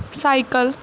cycle